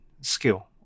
skill